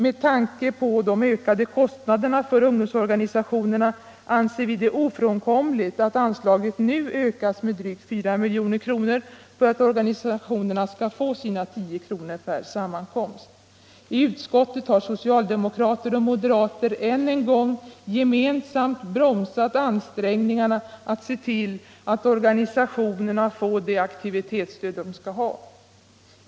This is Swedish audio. Med tanke på de ökade kostnaderna för ungdomsorganisationerna anser vi det ofrånkomligt att anslaget nu ökas med drygt 4 milj.kr. för att organisationerna skall få sina 10 kr. per sammankomst. I utskottet har socialdemokrater och moderater än en gång gemensamt bromsat ansträngningarna att se till att organisationerna får det aktivitetsstöd de skall ha.